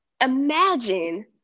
imagine